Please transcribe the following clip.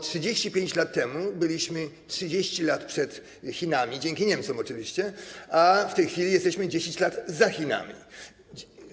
35 lat temu byliśmy 30 lat przed Chinami, dzięki Niemcom oczywiście, a w tej chwili jesteśmy 10 lat za Chinami.